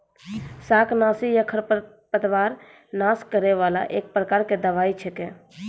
शाकनाशी या खरपतवार नाश करै वाला एक प्रकार के दवाई छेकै